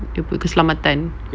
dia punya keselamatan